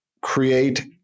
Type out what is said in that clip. create